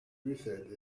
breathed